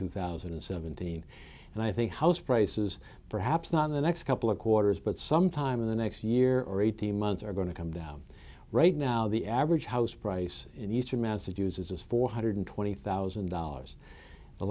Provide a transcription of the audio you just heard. two thousand and seventeen and i think house prices perhaps not in the next couple of quarters but sometime in the next year or eighteen months are going to come down right now the average house price in eastern massachusetts is four hundred twenty thousand dollars the